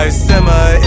simmer